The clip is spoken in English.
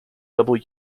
double